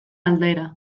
aldera